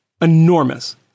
enormous